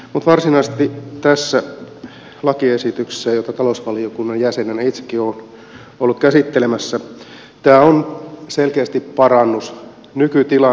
mutta varsinaisesti tämä lakiesitys jota talousvaliokunnan jäsenenä itsekin olen ollut käsittelemässä on selkeästi parannus nykytilanteeseen